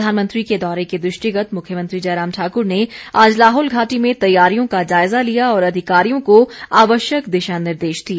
प्रधानमंत्री के दौरे के दृष्टिगत मुख्यमंत्री जयराम ठाकुर ने आज लाहौल घाटी में तैयारियों का जायजा लिया और अधिकारियों को आवश्यक दिशा निर्देश दिए